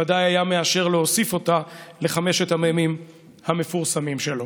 ודאי היה מאשר להוסיף אותה לחמשת המ"מים המפורסמים שלו.